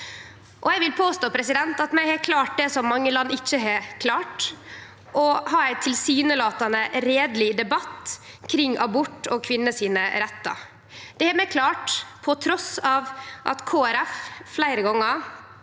Eg vil påstå at vi har klart det som mange land ikkje har klart: å ha ein tilsynelatande reieleg debatt kring abort og kvinner sine rettar. Det har vi klart trass i at Kristeleg